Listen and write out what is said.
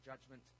judgment